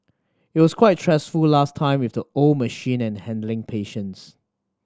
it was quite stressful last time with the old machine and handling patients